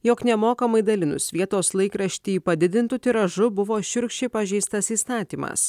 jog nemokamai dalinus vietos laikraštį padidintu tiražu buvo šiurkščiai pažeistas įstatymas